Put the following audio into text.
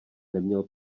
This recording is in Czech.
neměl